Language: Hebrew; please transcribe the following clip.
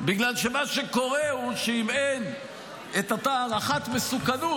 בגלל שמה שקורה הוא שאם אין הערכת מסוכנות,